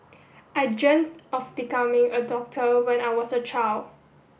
I dreamt of becoming a doctor when I was a child